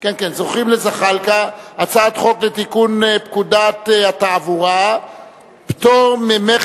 הצעת חוק לתיקון פקודת התעבורה (פטור ממס